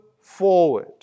forward